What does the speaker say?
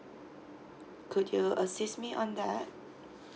could you assist me on that